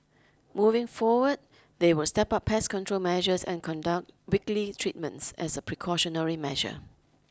moving forward they will step up pest control measures and conduct weekly treatments as a precautionary measure